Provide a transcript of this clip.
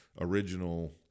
original